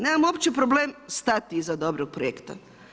Nemamo uopće problem stati iz dobrog projekta.